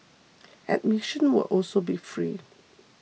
admission will also be free